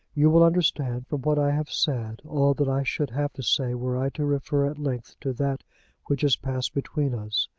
you will understand from what i have said all that i should have to say were i to refer at length to that which has passed between us.